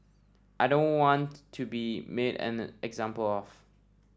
I don't want to be made an example of